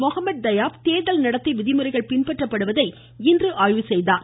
Mohammed Tayab தேர்தல் நடத்தை விதிமுறைகள் பின்பற்றப்படுவதை இன்று ஆய்வு செய்தார்